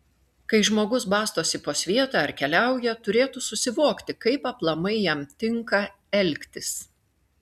kai žmogus bastosi po svietą ar keliauja turėtų susivokti kaip aplamai jam tinka elgtis